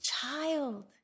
child